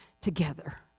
together